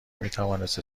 میتوانست